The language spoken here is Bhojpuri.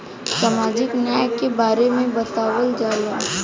सामाजिक न्याय के बारे में बतावल जाव?